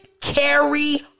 carry